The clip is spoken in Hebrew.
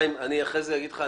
חיים, אחרי כן אגיד לך.